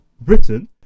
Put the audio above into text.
Britain